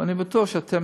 ואני בטוח שאתם